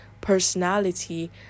personality